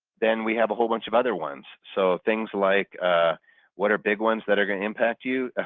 then we have a whole bunch of other ones. so things like what are big ones that are going to impact you?